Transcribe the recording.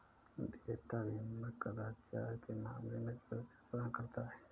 देयता बीमा कदाचार के मामले में सुरक्षा प्रदान करता है